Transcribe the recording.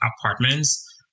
apartments